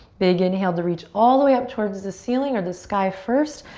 big inhale to reach all the way up towards the ceiling or the sky first.